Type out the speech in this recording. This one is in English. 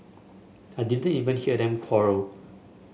I didn't even hear them quarrel